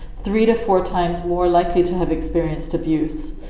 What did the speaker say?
three to four times more likely to have experienced abuse.